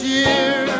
year